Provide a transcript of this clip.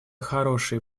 хорошие